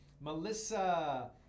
Melissa